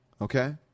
okay